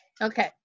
Okay